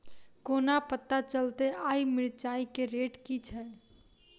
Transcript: कोना पत्ता चलतै आय मिर्चाय केँ रेट की छै?